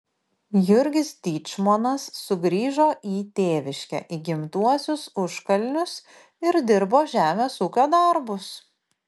jurgis dyčmonas sugrįžo į tėviškę į gimtuosius užkalnius ir dirbo žemės ūkio darbus